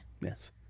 Yes